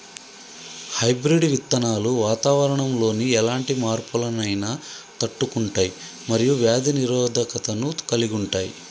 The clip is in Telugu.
హైబ్రిడ్ విత్తనాలు వాతావరణంలోని ఎలాంటి మార్పులనైనా తట్టుకుంటయ్ మరియు వ్యాధి నిరోధకతను కలిగుంటయ్